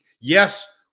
Yes